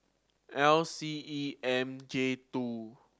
L C E M J two